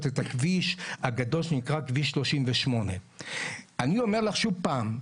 את הכביש הגדול שנקרא כביש 38. אני אומר לך שוב פעם,